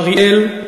באריאל,